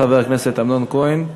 חבר הכנסת אמנון כהן.